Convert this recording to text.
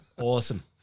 awesome